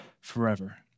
forever